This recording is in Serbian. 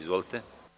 Izvolite.